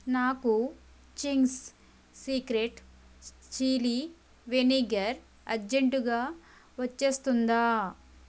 నాకు Ching's secret chilli vinegar అర్జెంటుగా వచ్చేస్తుందా